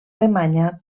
alemanya